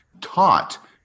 taught